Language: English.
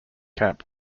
camp